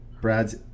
brad's